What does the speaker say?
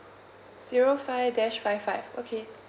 zero five dash five five okay